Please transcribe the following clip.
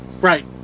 right